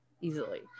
easily